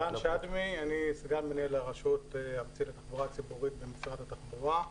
אני סגן מנהל הרשות הארצית לתחבורה ציבורית במשרד התחבורה.